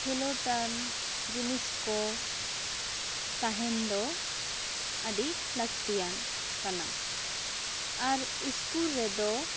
ᱠᱷᱮᱞᱚ ᱴᱟᱞ ᱡᱤᱱᱤᱥ ᱠᱚ ᱛᱟᱦᱮᱱ ᱫᱚ ᱟᱹᱰᱤ ᱞᱟᱹᱠᱛᱤᱭᱟᱱ ᱠᱟᱱᱟ ᱟᱨ ᱤᱥᱠᱩᱞ ᱨᱮᱫᱚ